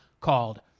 called